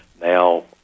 now